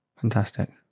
Fantastic